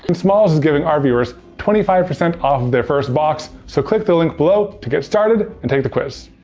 and smalls is giving our viewers twenty five percent off of their first box so click the link below to get started and take the quiz.